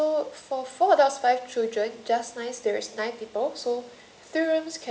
ya so for four adults five children just nice there's nine people so